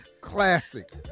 classic